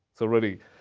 so really,